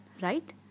right